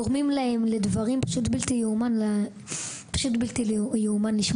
גורמים להם לדברים שקשה לשמוע אותם זה פשוט בלתי יאומן.